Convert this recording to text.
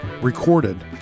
recorded